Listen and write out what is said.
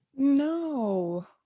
no